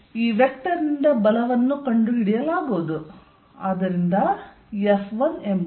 ಈ ವೆಕ್ಟರ್ನಿಂದ ಬಲವನ್ನು ಕಂಡುಹಿಡಿಯಲಾಗುವುದು